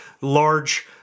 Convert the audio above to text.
large